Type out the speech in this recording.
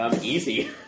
Easy